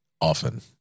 Often